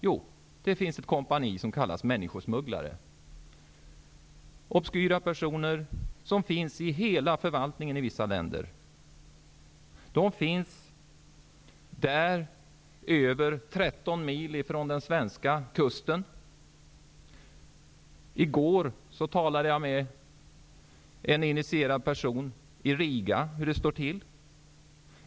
Jo, det finns ett kompani som kallas människosmugglare, obskyra personer som finns i hela förvaltningar i vissa länder. Sådana finns 13 mil från den svenska kusten. I går talade jag med en initierad person i Riga om hur det står till.